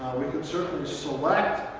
we can certainly select